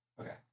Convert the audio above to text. Okay